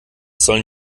sollen